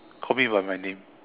call me by my name